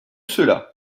cela